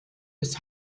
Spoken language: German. des